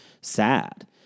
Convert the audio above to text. sad